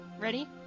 ready